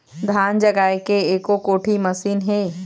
धान जगाए के एको कोठी मशीन हे?